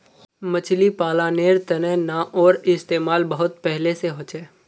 मछली पालानेर तने नाओर इस्तेमाल बहुत पहले से होचे